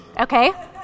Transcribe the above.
Okay